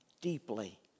deeply